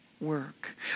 work